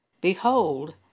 Behold